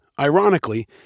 Ironically